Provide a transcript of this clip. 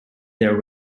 there